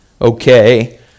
okay